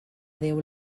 déu